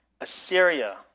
Assyria